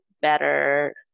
Better